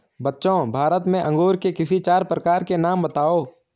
बच्चों भारत में अंगूर के किसी चार प्रकार के नाम बताओ?